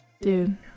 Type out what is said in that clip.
dude